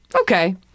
Okay